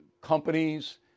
companies